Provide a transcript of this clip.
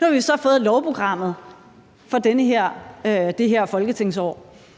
Nu har vi så fået lovprogrammet for det her folketingsår,